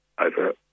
over